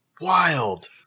wild